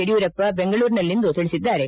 ಯಡಿಯೂರಪ್ಪ ಬೆಂಗಳೂರಿನಲ್ಲಿಂದು ತಿಳಿಸಿದ್ದಾರೆ